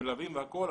על מלווים וכולי,